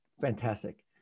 Fantastic